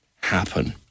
happen